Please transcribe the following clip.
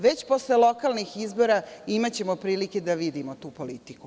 Već posle lokalnih izbora imaćemo prilike da vidimo tu politiku.